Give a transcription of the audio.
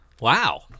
Wow